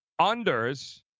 unders